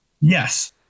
Yes